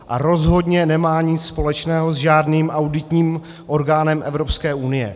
A rozhodně nemá nic společného s žádným auditním orgánem Evropské unie.